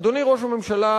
אדוני ראש הממשלה,